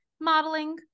modeling